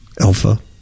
Alpha